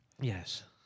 Yes